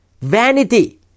vanity